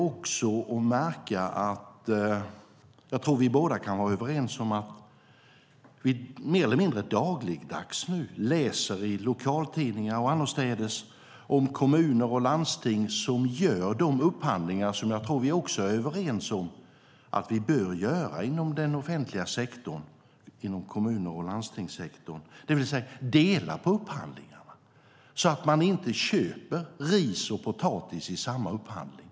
Jag tror att vi båda kan vara överens om att vi mer eller mindre dagligdags läser i lokaltidningar och annorstädes om kommuner och landsting som gör de upphandlingar jag tror att vi också är överens om att vi bör göra inom den offentliga sektorn - inom kommun och landstingssektorn. Det handlar om att dela på upphandlingarna, så att man inte köper ris och potatis i samma upphandling.